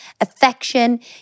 affection